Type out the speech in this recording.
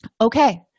okay